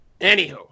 Anywho